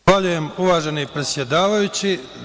Zahvaljujem uvaženi predsedavajući.